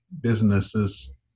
businesses